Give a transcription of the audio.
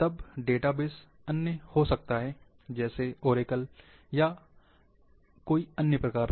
तब डेटाबेस अन्य में हो सकता है जैसे ओरेकल या अन्य प्रकार की तरह